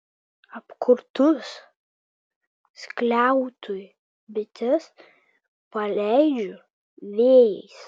apkurtus skliautui bites paleidžiu vėjais